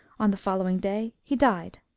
on the following day he died.